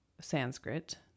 Sanskrit